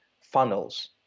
funnels